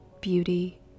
beauty